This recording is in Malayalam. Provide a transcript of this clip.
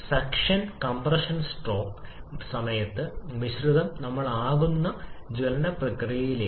8 എന്ന കംപ്രഷൻ അനുപാതമുള്ള ഓട്ടോ സൈക്കിളിന്റെ കാര്യക്ഷമതയെ ബാധിക്കുന്നതെന്താണ് സിവി വർദ്ധിക്കുന്നു k പ്രവർത്തന സമയത്ത് 1